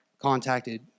contacted